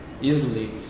easily